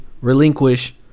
relinquish